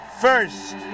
first